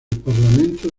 parlamento